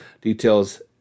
details